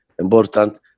important